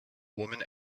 woman